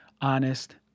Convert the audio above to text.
Honest